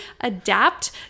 adapt